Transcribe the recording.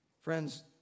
Friends